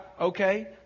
Okay